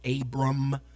Abram